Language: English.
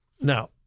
Now